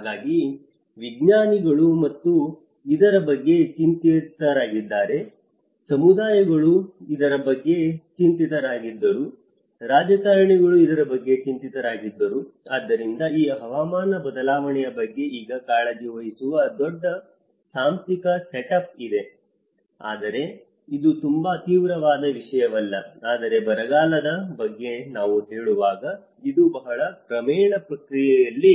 ಹಾಗಾಗಿ ವಿಜ್ಞಾನಿಗಳು ಇದರ ಬಗ್ಗೆ ಚಿಂತಿತರಾಗಿದ್ದರು ಸಮುದಾಯಗಳು ಇದರ ಬಗ್ಗೆ ಚಿಂತಿತರಾಗಿದ್ದರು ರಾಜಕಾರಣಿಗಳು ಇದರ ಬಗ್ಗೆ ಚಿಂತಿತರಾಗಿದ್ದರು ಆದ್ದರಿಂದ ಈ ಹವಾಮಾನ ಬದಲಾವಣೆಯ ಬಗ್ಗೆ ಈಗ ಕಾಳಜಿ ವಹಿಸುವ ದೊಡ್ಡ ಸಾಂಸ್ಥಿಕ ಸೆಟಪ್ ಇದೆ ಆದರೆ ಇದು ತುಂಬಾ ತೀವ್ರವಾದ ವಿಷಯವಲ್ಲ ಆದರೆ ಬರಗಾಲದ ಬಗ್ಗೆ ನಾವು ಹೇಳುವಾಗ ಇದು ಬಹಳ ಕ್ರಮೇಣ ಪ್ರಕ್ರಿಯೆಯಲ್ಲಿ